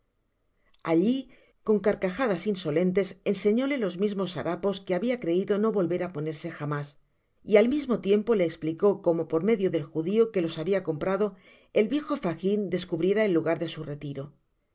alli con carcajadas insolentes enseñóle los mismos harapos que habia creido no volver á ponerse jamás y al mismo tiempo le esplicó como por medio del judio que los habia comprado el viejo fag in descubriera el lugar de su retiro